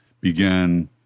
began